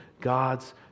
God's